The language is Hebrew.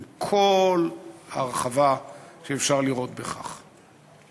עם כל ההרחבה שאפשר לראות בכך.